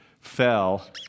fell